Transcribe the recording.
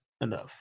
enough